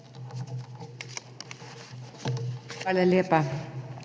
Hvala lepa.